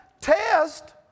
test